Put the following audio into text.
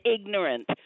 ignorant